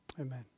Amen